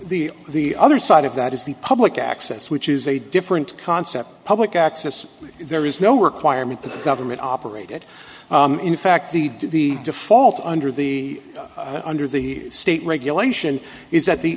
the the other side of that is the public access which is a different concept public access there is no requirement that government operated in fact the default under the under the state regulation is that the